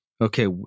okay